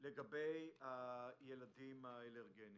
לגבי הילדים האלרגיים